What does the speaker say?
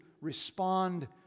respond